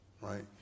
right